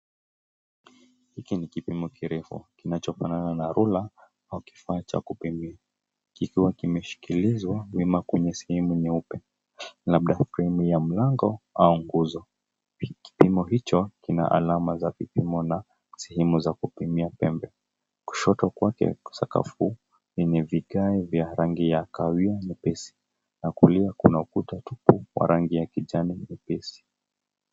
Hiki ni kipimo kirefu kinachofanana na rula au kifaa cha kupimia kikiwa kimeshikilizwa nyuma kwenye sehemu nyeupe labda kwenye sehemu ya mlango au nguzo. Kipimo hicho kina alama kina za kupimi pembe, kushoto kwake sakafu yenye vigae vya rangi ya kawia nyepesi na kulia kuna ukuta tupu wa rangi ya kijani jepesi.